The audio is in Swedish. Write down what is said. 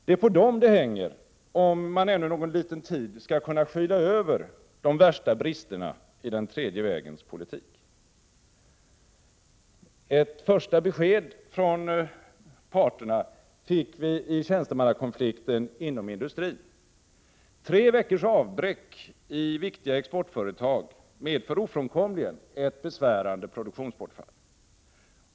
Det är på dem det hänger, om regeringen ännu någon liten tid skall kunna skyla över de värsta bristerna i den tredje vägens politik. Ett första besked från parterna fick vi i tjänstemannakonflikten inom industrin. Tre veckors avbräck i viktiga exportföretag medför ofrånkomligen ett besvärande produktionsbortfall.